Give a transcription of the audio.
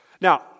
Now